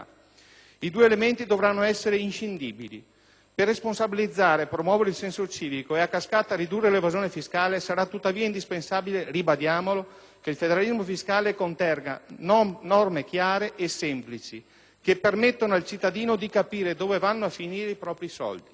I due elementi dovranno essere inscindibili. Per responsabilizzare, promuovere il senso civico e, a cascata, ridurre l'evasione fiscale sarà tuttavia indispensabile - ribadiamolo - che il federalismo fiscale contenga norme chiare e semplici che permettano al cittadino di capire dove vanno a finire i propri soldi.